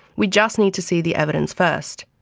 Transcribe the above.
we just need to see the evidence first.